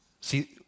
See